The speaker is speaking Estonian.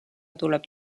tuleb